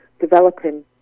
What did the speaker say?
developing